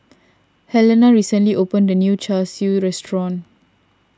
Helena recently opened a new Char Siu restaurant